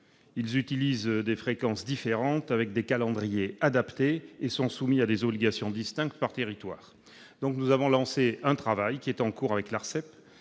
Ils utilisent des fréquences différentes, avec des calendriers adaptés, et sont soumis à des obligations distinctes par territoire. Un travail est en cours avec l'ARCEP